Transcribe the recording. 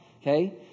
okay